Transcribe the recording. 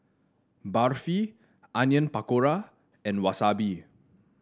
Barfi Onion Pakora and Wasabi